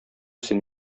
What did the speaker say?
син